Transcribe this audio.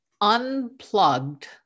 unplugged